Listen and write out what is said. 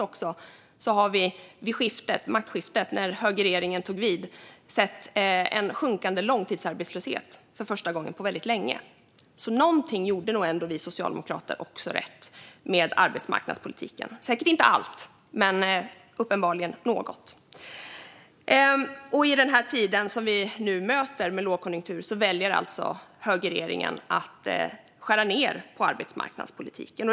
Och vid maktskiftet, när högerregeringen tog vid, såg vi faktiskt en sjunkande långtidsarbetslöshet för första gången på väldigt länge. Så vi socialdemokrater gjorde nog ändå något rätt i arbetsmarknadspolitiken. Vi gjorde säkert inte allt rätt men uppenbarligen något. I den tid som vi nu möter, med lågkonjunktur, väljer alltså högerregeringen att skära ned på arbetsmarknadspolitiken.